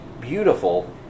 beautiful